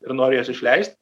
ir nori juos išleist